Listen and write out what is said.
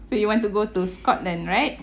so you want to go to scotland right